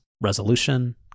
resolution